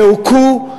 שהוכו,